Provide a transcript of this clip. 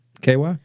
KY